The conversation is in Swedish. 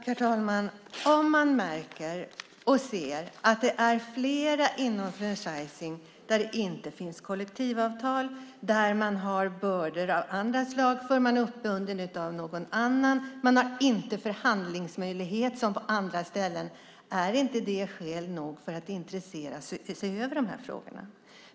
Herr talman! Om man märker och ser att det är flera inom franchising som inte har kollektivavtal, där man har bördor av annat slag för att man är uppbunden av någon annan, att man inte har förhandlingsmöjlighet som på andra ställen - är inte det skäl nog för att intressera sig för att se över de här frågorna?